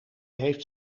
heeft